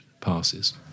passes